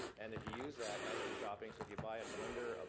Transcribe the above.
and if you use that as you're shopping, so if you buy a blender,